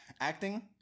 Acting